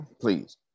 please